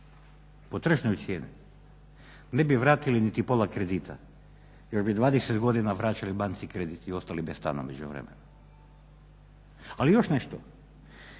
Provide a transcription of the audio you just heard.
po tržišnoj cijeni ne bi vratili niti pola kredita jer bi 20 godina vraćali banci kredit i ostali bez stana u međuvremenu. Ali još nešto